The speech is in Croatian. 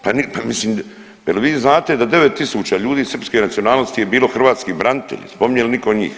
Pa mislim, jel vi znate da 9.000 ljudi srpske nacionalnosti je bilo hrvatski branitelji, spominje li niko njih.